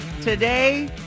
Today